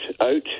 out